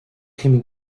him